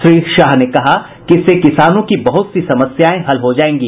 श्री शाह ने कहा कि इससे किसानों की बहुत सी समस्याएं हल हो जाएंगी